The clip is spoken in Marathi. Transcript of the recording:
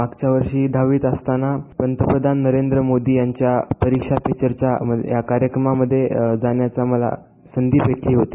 मागच्या वर्षी दहावीत असतांना पंतप्रधान नरेंद्र मोदी यांच्या परीक्षा पे चर्चा या कार्यक्रमामधे जाण्याची मला संधी भेटली होती